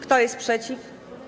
Kto jest przeciw?